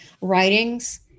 Writings